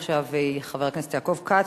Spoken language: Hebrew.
עכשיו חבר הכנסת יעקב כץ,